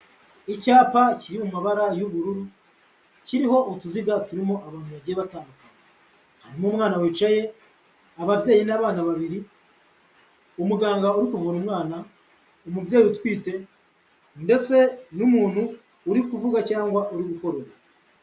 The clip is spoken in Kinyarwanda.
Icyapa kiri mu mabara y'ubururu, kiriho utuziga turimo abantu bagiye batandukanye, harimo umwana wicaye, ababyeyi n'abana babiri, umuganga uri kuvura umwana, umubyeyi utwite ndetse n'umuntu uri kuvuga cyangwa uri gukorora.